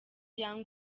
young